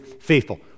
faithful